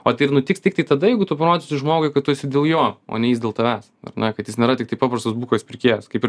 o tai ir nutiks tiktai tada jeigu tu parodysi žmogui kad tu esi dėl jo o ne jis dėl tavęs na kad jis nėra tiktai paprastas bukas pirkėjas kaip ir